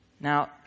Now